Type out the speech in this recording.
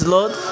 Lord